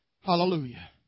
Hallelujah